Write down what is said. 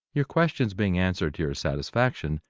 your questions being answered to your satisfaction,